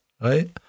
right